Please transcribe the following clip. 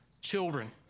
children